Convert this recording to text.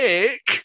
Nick